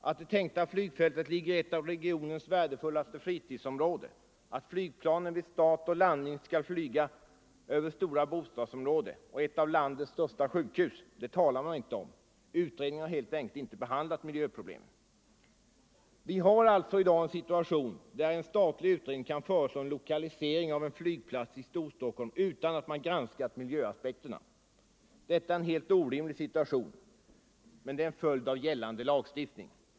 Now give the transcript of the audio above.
Att det tänkta flygfältet ligger i ett av regionens värdefullaste fritidsområden, att flygplanen vid start och landning skulle flyga över stora bostadsområden och ett av landets största sjukhus talar man inte om. Utredningen har helt enkelt inte behandlat miljöproblemen. Vi har alltså i dag en situation där en statlig utredning kan föreslå en lokalisering av en flygplats vid Storstockholm utan att man granskat miljöaspekterna. Detta är en helt orimlig situation. Men det är en följd av gällande lagstiftning.